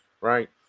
Right